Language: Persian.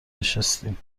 نشستیم